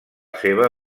seva